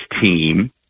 team